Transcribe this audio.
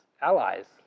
allies